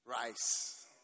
rice